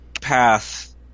path